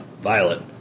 violet